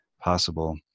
possible